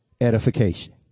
edification